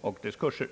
och dess kurser.